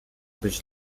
być